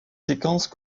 séquences